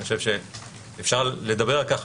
אני חושב שאפשר לדבר על כך,